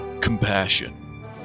compassion